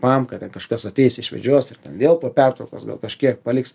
trumpam kad ten kažkas ateis išvedžios ir vėl po pertraukos gal kažkiek paliks